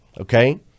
Okay